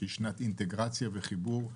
שהיא שנת אינטגרציה וחיבור.